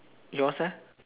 yours eh